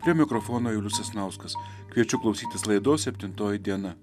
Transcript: prie mikrofono julius sasnauskas kviečiu klausytis laidos septintoji diena